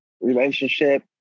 relationship